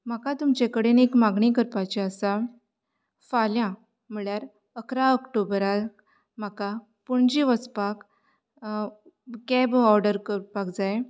म्हाका तुमचे कडेन एक मागणी करपाची आसा फाल्यां म्हुळ्यार इकरा ऑक्टोबरा म्हाका पोणजे वचपाक कॅब ऑर्डर करपाक जाय